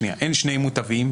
אין שני מוטבים,